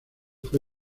fue